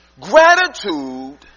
Gratitude